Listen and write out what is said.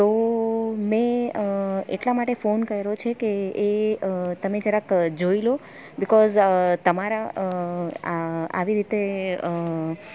તો મેં એટલાં માટે ફોન કર્યો છે કે એ તમે જરાક જોઇ લો બિકોઝ તમારાં આવી રીતે